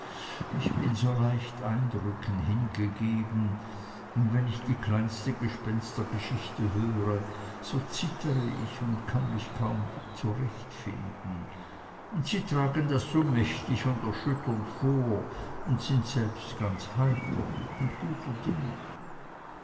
ich bin so leicht eindrücken hingegeben und wenn ich die kleinste gespenstergeschichte höre so zittere ich und kann mich kaum wieder zurechtfinden und sie tragen das so mächtig und erschütternd vor und sind selbst ganz heiter und guter dinge